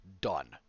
done